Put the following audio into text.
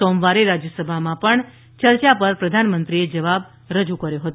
સોમવારે રાજ્યસભામાં પણ યર્યા પર પ્રધાનમંત્રીએ જવાબ રજુ કર્યો હતો